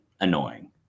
annoying